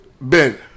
Ben